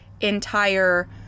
entire